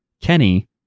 Kenny